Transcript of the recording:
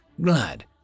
glad